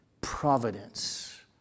providence